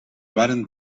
varen